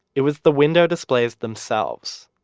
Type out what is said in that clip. it was the window displays themselves.